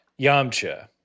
Yamcha